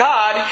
God